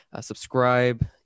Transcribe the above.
Subscribe